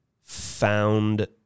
found